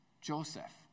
Joseph